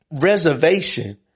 Reservation